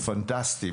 זה פנטסטי,